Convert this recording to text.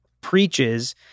preaches